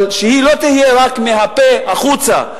אבל שהיא לא תהיה רק מהפה החוצה,